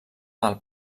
del